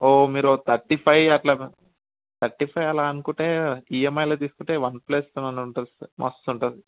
ఓ మీరు thirty five అట్లా thirty five అలా అనుకుంటే ఈఎంఐలో తీసుకుంటే వన్ ప్లస్ సెవెన్ ఉంటుంది సార్ మస్త్ ఉంటుంది